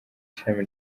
ishami